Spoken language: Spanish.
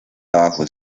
abajo